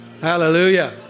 Hallelujah